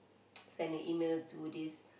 sending email to these